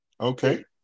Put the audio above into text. Okay